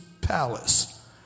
palace